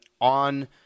on